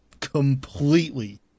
Completely